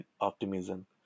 optimism